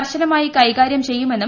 കർശനമായി കൈകാരൃം ചെയ്യുമെന്നും